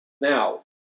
Now